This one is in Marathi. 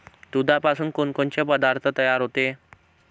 दुधापासून कोनकोनचे पदार्थ तयार होते?